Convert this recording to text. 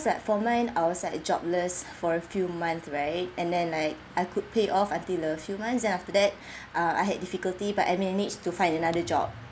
like for mine I will say I jobless for a few month right and then like I could pay off until a few months then after that uh I had difficulty but I managed to find another job